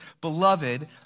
beloved